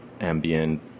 ambient